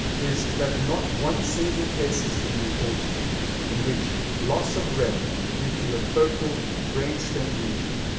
is that not one single case has been reported in which loss of rem, due to a focal brain-stem lesion,